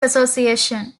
association